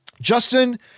Justin